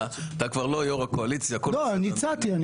בשיחה שישבתי עם יריב לוין הוא אמר: אני רוצה